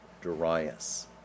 Darius